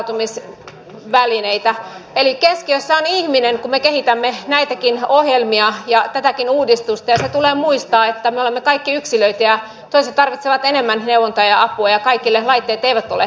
eli keskiössä on ihminen kun me kehitämme näitäkin ohjelmia ja tätäkin uudistusta ja se tulee muistaa että me olemme kaikki yksilöitä toiset tarvitsevat enemmän neuvontaa ja apua ja kaikille laitteet eivät ole saavutettavissa